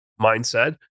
Mindset